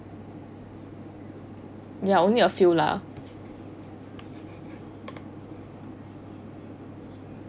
ya only a few lah